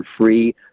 free